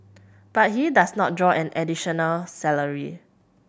but he does not draw an additional salary